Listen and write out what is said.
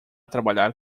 trabalhar